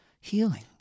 healing